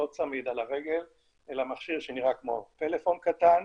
לא צמיד על הרגל אלא מכשיר שנראה כמו טלפון קטן,